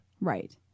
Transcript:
Right